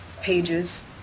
pages